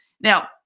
Now